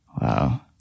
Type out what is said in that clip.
Wow